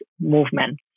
movement